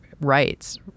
rights